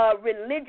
religious